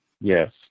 Yes